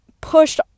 Pushed